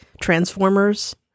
Transformers